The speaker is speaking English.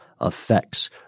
effects